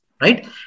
right